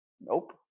Nope